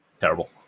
Terrible